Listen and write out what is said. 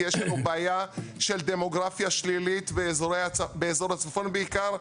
כי יש לנו בעיה של דמוגרפיה שלילית באזור הצפון בעיקר,